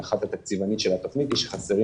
הערכת התקציבנית של התוכנית היא שחסרים